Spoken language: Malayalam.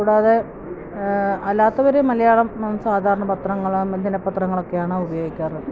കൂടാതെ അല്ലാത്തവര് മലയാളം സാധാരണ പത്രങ്ങള് ദിനപത്രങ്ങളൊക്കെയാണ് ഉപയോഗിക്കാറ്